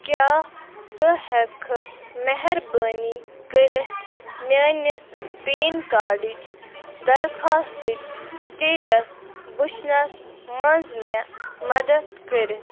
کیٛاہ ژٕ ہٮ۪ککھٕ مہربٲنی کٔرِتھ میٛٲنِس پین کارڈٕچ درخواستٕچ سِٹیٹس وُچھنَس منٛز مےٚ مدتھ کٔرِتھ